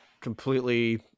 Completely